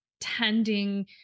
tending